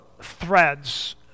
threads